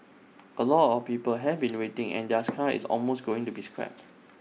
A lot of people have been waiting and theirs car is almost going to be scrapped